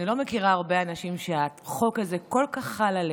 אני לא מכירה הרבה אנשים שהחוק הזה כל כך חל עליהם,